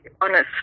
honest